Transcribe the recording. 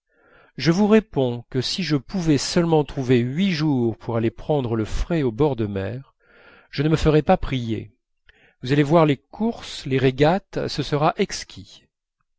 je vous réponds que si je pouvais seulement trouver huit jours pour aller prendre le frais au bord de la mer je ne me ferais pas prier vous allez avoir les courses les régates ce sera exquis